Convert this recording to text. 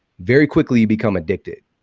very quickly you become addicted,